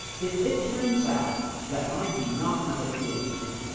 if it turns out that i do not have a ph d.